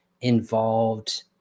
involved